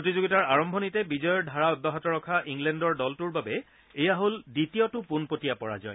প্ৰতিযোগিতাৰ আৰম্ভণিতে বিজয়ৰ ধাৰা অব্যাহত ৰখা ইংলেণ্ডৰ দলটোৰ বাবে এয়া হ'ল দ্বিতীয়টো পোনপটীয়া পৰাজয়